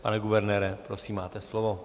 Pane guvernére, prosím, máte slovo.